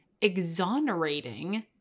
exonerating